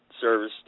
Service